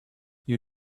you